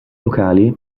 locali